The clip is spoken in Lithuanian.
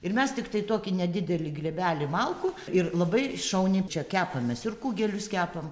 ir mes tiktai tokį nedidelį glėbelį malkų ir labai šauniai čia kepamės ir kugelius kepam